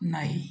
नाही